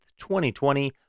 2020